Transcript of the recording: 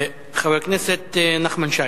חבר הכנסת נחמן שי.